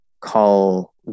call